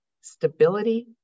stability